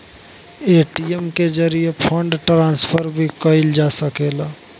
ATM के जरिये fund transfer भी कईल जा सकेला